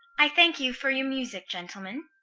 i thank you for your music, gentlemen.